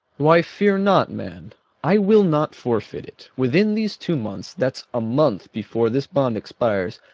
why, fear not, man i will not forfeit it within these two months, that's a month before this bond expires,